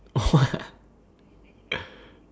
what